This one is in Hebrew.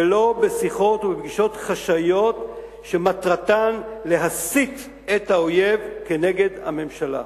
ולא בשיחות ובפגישות חשאיות שמטרתן להסית את האויב כנגד הממשלה.